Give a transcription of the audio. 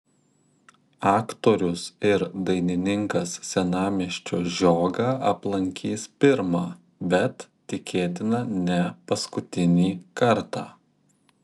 aktorius ir dainininkas senamiesčio žiogą aplankys pirmą bet tikėtina ne paskutinį kartą